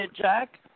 Jack